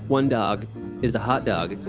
one dog is a hot dog.